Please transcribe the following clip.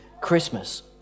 Christmas